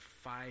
five